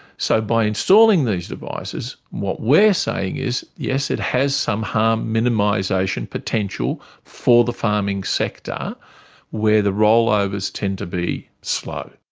so by installing these devices, what we're saying is, yes, it has some harm minimisation potential for the farming sector where the rollovers tend to be slow.